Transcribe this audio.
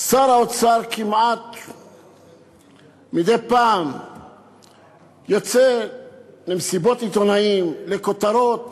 שר האוצר מדי פעם יוצא למסיבות עיתונאים עם כותרות